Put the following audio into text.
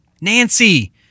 Nancy